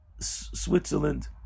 Switzerland